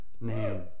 name